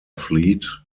fleet